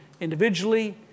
individually